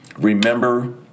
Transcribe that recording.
remember